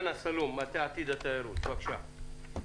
בבקשה.